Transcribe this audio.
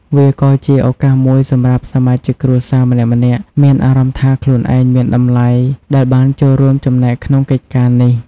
វាក៏ជាឱកាសមួយសម្រាប់សមាជិកគ្រួសារម្នាក់ៗមានអារម្មណ៍ថាខ្លួនឯងមានតម្លៃ ដែលបានចូលរួមចំណែកក្នុងកិច្ចការនេះ ។